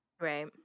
right